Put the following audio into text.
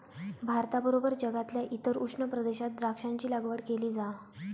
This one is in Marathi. भारताबरोबर जगातल्या इतर उष्ण प्रदेशात द्राक्षांची लागवड केली जा